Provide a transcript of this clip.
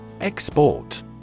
Export